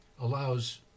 allows